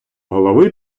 голови